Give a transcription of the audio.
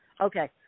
Okay